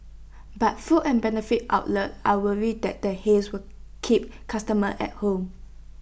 but food and beverage outlets are worried that the haze will keep customers at home